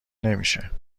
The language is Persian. نمیشه